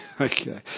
Okay